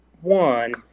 one